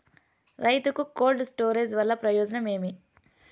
రైతుకు cold storage వల్ల ప్రయోజనం ఏమి?